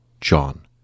John